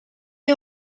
est